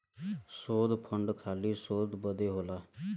शोध फंड खाली शोध बदे होला